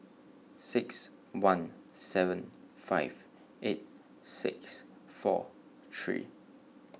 six one seven five eight six four three